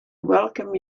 welcome